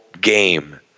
game